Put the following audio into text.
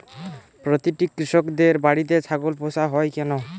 প্রতিটি কৃষকদের বাড়িতে ছাগল পোষা হয় কেন?